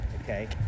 Okay